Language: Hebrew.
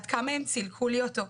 עד כמה הם צילקו לי אותו.